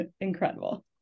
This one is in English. incredible